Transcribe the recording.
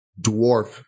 dwarf